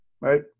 right